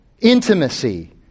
intimacy